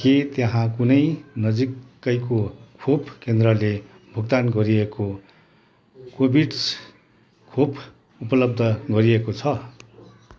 के त्यहाँ कुनै नजिकैको खोप केन्द्रले भुक्तान गरिएको कोभिड्स खोप उपलब्ध गराएको छ